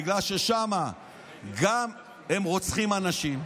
בגלל ששם גם הם רוצחים אנשים,